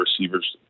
receivers